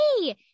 hey